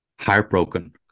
heartbroken